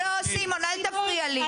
לא, סימון, אל תפריע לי.